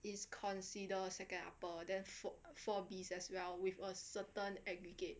is consider second upper then fo~ four Bs as well with a certain aggregate